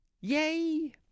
Yay